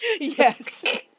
Yes